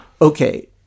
okay